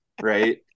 right